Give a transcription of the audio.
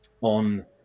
on